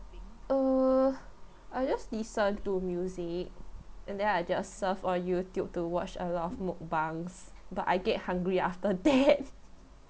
err I just listen to music and then I just surf all youtube to watch a lot of mukbangs but I get hungry after that